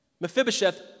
Mephibosheth